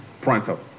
pronto